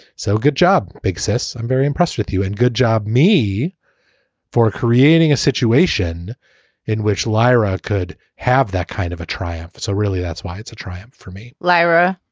so good job exists. i'm very impressed with you and good job me for creating a situation in which lyra could have that kind of a triumph. so really, that's why it's a triumph for me lyra,